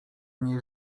niej